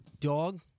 Dog